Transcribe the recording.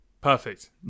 Perfect